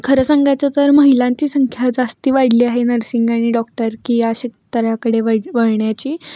खरं सांगायचं तर महिलांची संख्या जास्त वाढली आहे नर्सिंग आणि डॉक्टरकी या क्षेत्राकडे वड वळण्याची